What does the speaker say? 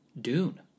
Dune